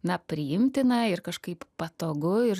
na priimtina ir kažkaip patogu ir